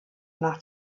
nach